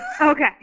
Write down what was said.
Okay